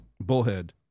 Bullhead